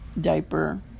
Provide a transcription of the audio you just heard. diaper